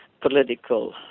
political